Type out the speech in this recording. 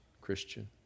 Christian